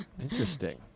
Interesting